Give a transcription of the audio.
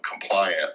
compliant